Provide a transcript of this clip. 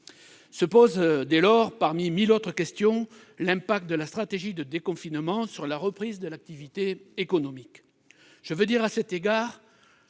Se pose dès lors la question, parmi mille autres, de l'impact de la stratégie de déconfinement sur la reprise de l'activité économique.